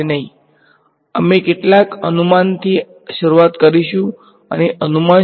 તેથી તે matrix a બનાવવાની કિંમત છે અને પછી બીજી કિંમત છે